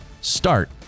start